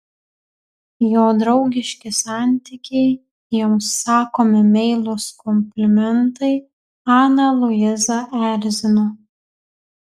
jo draugiški santykiai joms sakomi meilūs komplimentai aną luizą erzino